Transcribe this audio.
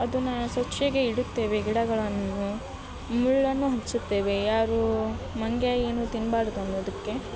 ಅದನ್ನು ಸ್ವಚ್ಛಗೆ ಇಡುತ್ತೇವೆ ಗಿಡಗಳನ್ನು ಮುಳ್ಳನ್ನು ಹಚ್ಚುತ್ತೇವೆ ಯಾರೂ ಮಂಗ ಏನು ತಿನ್ನಬಾರ್ದು ಅನ್ನೋದಕ್ಕೆ